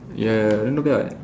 ya ya not bad [what]